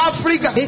Africa